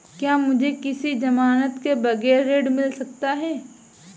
क्या मुझे किसी की ज़मानत के बगैर ऋण मिल सकता है?